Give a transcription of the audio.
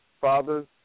Fathers